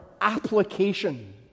application